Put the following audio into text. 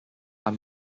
are